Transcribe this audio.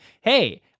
hey